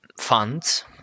funds